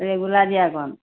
regular দিয়া কণ